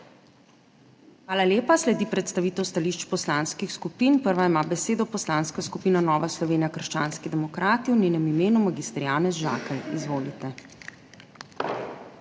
Hvala lepa. Sledi predstavitev stališč poslanskih skupin. Prva ima besedo Poslanska skupina Nova Slovenija – krščanski demokrati, v njenem imenu mag. Janez Žakelj. Izvolite.